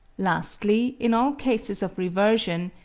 lastly, in all cases of reversion,